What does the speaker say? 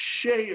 share